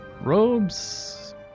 robes